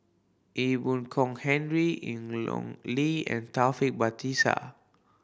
Ee Boon Kong Henry Ian Long Li and Taufik Batisah